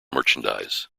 merchandise